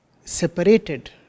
separated